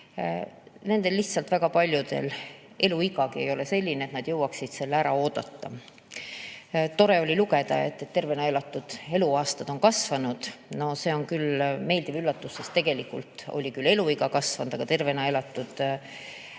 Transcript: ees – noh, väga paljudel neil ei ole eluigagi selline, et nad jõuaksid selle ära oodata. Tore oli lugeda, et tervena elatud eluaastad on kasvanud. See on meeldiv üllatus, sest tegelikult oli küll eluiga kasvanud, aga tervena elatud aastad